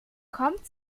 kommt